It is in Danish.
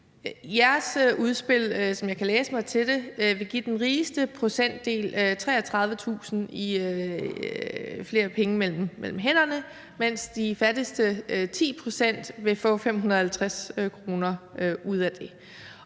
læse mig til det, give den rigeste procentdel 33.000 kr. mere mellem hænderne, mens de fattigste 10 pct. vil få 550 kr. ud af det.